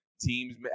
teams